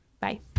Bye